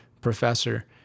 professor